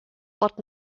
but